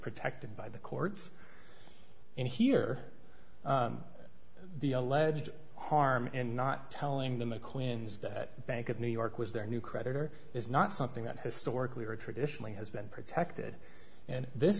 protected by the courts and here the alleged harm in not telling them the queen's that bank of new york was their new creditor is not something that historically or traditionally has been protected in this